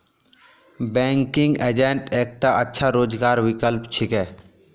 banking agent एकता अच्छा रोजगारेर विकल्प छिके